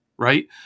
Right